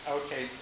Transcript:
okay